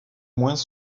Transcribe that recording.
moins